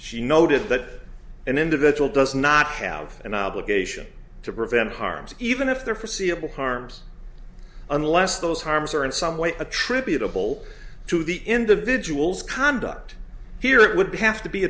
she noted that an individual does not have an obligation to prevent harms even if their forseeable harms unless those harms are in some way attributable to the individual's conduct here it would have to be